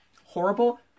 Horrible